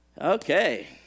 Okay